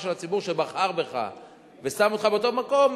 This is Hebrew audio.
של הציבור שבחר בך ושם אותך באותו מקום,